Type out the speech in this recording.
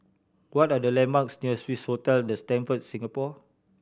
what are the landmarks near Swissotel The Stamford Singapore